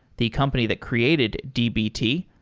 the company that created dbt,